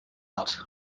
out